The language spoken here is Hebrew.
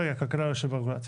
רגע, כלכלה יושב רגולציה.